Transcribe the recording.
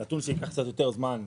זה נתון שייקח קצת יותר זמן.